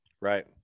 right